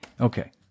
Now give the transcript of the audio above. Okay